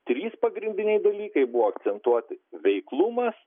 trys pagrindiniai dalykai buvo akcentuoti veiklumas